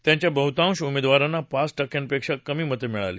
त्यांच्या बहुतांश उमेदवारांना पाच टक्क्यापेक्षा कमी मतं मिळाली